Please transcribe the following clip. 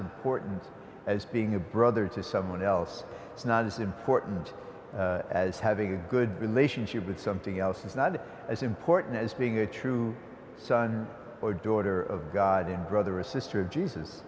important as being a brother to someone else it's not as important as having a good relationship with something else is not as important as being a true son or daughter of god in brother or sister of